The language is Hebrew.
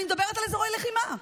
אני מדברת על אזורי לחימה.